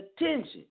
attention